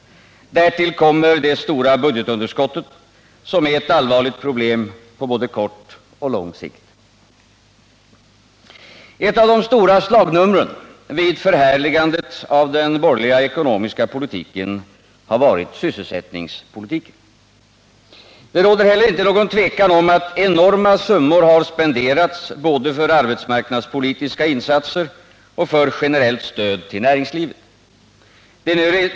Därtill kommer det stora budgetunderskottet, som är ett allvarligt problem på både kort och lång sikt. Ett av de stora slagnumren vid förhärligandet av den borgerliga ekonomiska politiken har varit sysselsättningspolitiken. Det råder heller inte något tvivel om att enorma summor har spenderats både för arbetsmarknadspolitiska insatser och för generellt stöd till näringslivet.